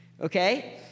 okay